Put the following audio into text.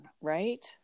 right